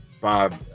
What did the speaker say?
Bob